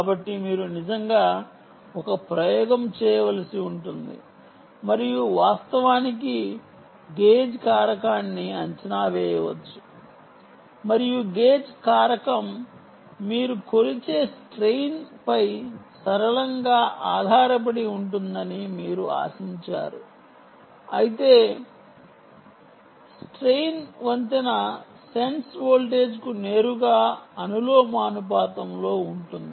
కాబట్టి మీరు నిజంగా ఒక ప్రయోగం చేయవలసి ఉంటుంది మరియు వాస్తవానికి గేజ్ కారకాన్ని అంచనా వేయవచ్చు మరియు గేజ్ కారకం మీరు కొలిచే జాతి పై సరళంగా ఆధారపడి ఉంటుందని మీరు ఆశించారు అయితే జాతి వంతెన సెన్స్ వోల్టేజ్కు నేరుగా అనులోమానుపాతంలో ఉంటుంది